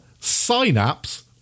synapse